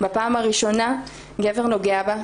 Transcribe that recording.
בפעם הראשונה גבר נוגע בה.